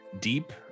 deep